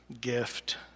gift